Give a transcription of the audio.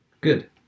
Good